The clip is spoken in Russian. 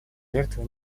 жертва